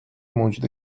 موجود